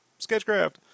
Sketchcraft